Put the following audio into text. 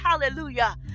hallelujah